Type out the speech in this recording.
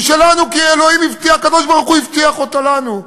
הוא שלנו כי הקדוש-ברוך-הוא הבטיח אותו לנו.